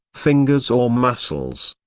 fingers or muscles?